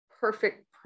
perfect